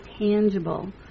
tangible